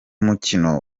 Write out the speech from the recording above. mukino